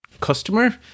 customer